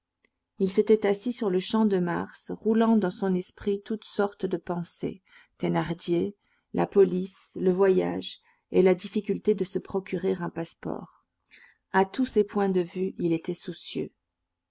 il s'était assis sur le champ de mars roulant dans son esprit toutes sortes de pensées thénardier la police le voyage et la difficulté de se procurer un passeport à tous ces points de vue il était soucieux